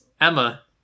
Emma